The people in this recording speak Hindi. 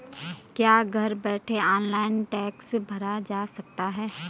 क्या घर बैठे ऑनलाइन टैक्स भरा जा सकता है?